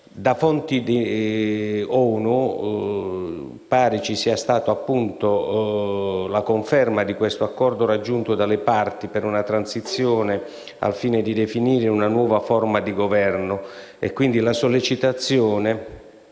Da fonti ONU pare ci siano stati la conferma di questo accordo raggiunto dalle parti per una transizione al fine di definire una nuova forma di Governo e, quindi, la sollecitazione